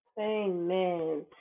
Amen